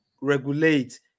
regulate